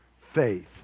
faith